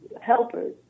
helpers